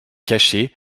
cachée